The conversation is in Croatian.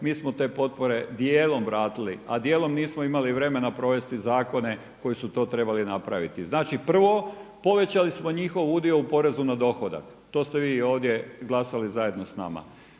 Mi smo te potpore dijelom vratili, a dijelom nismo imali vremena provesti zakone koji su to trebali napraviti. Znači, prvo povećali smo njihov udio u porezu na dohodak, to ste vi ovdje glasali zajedno s nama.